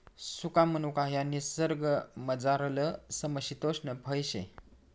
सुका मनुका ह्या निसर्गमझारलं समशितोष्ण फय शे